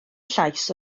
llais